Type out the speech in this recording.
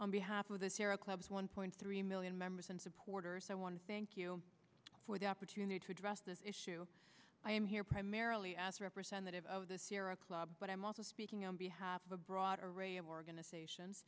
on behalf of the sierra club one point three million members and supporters i want to thank you for the opportunity to address this issue i am here primarily as a representative of the sierra club but i'm also speaking on behalf of a broad array of organizations